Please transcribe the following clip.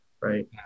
right